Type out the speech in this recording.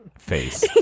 Face